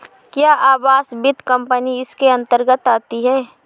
क्या आवास वित्त कंपनी इसके अन्तर्गत आती है?